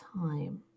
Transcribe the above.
time